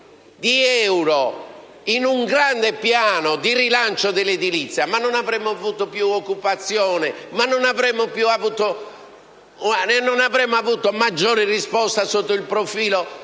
di euro in un grande piano di rilancio dell'edilizia, non avremmo avuto più occupazione? Non avremmo avuto maggiori risposte sotto il profilo